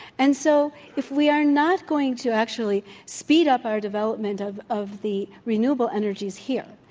and so if we are not going to actually speed up our development of of the renewable energies here,